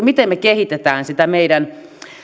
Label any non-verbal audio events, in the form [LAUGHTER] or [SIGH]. [UNINTELLIGIBLE] miten me kehitämme sitä meidän